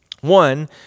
One